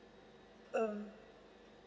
um